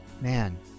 man